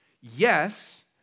yes